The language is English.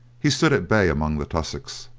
he stood at bay among the tussocks,